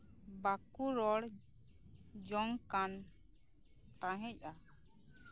ᱵᱟᱠᱚ ᱨᱚᱲ ᱡᱚᱝ ᱠᱟᱱ ᱛᱟᱸᱦᱮᱜᱼᱟ